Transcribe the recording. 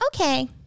Okay